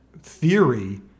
theory